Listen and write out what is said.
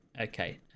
Okay